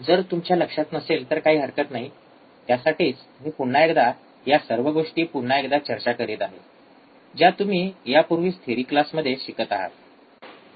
जर तुमच्या लक्षात नसेल तर काही हरकत नाही त्यासाठीच मी पुन्हा एकदा या सर्व गोष्टी पुन्हा एकदा चर्चा करत आहे ज्या तुम्ही यापूर्वीच थेरी क्लासमध्ये शिकत आहात